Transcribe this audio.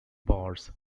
bars